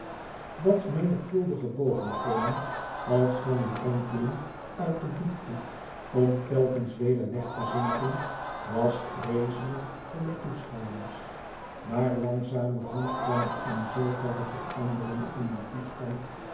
dat menigvuldige bovenkomen als van een drenkeling uit de diepte om telkens weder weg te zinken was vreeselijk voor de toeschouwers maar langzamerhand kwam er in zooverre verandering in dien toestand